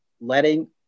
letting